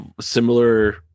similar